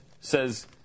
says